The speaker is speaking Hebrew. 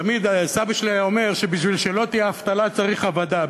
סבא שלי היה אומר שבשביל שלא יהיה אבטלה צריך עבָדה,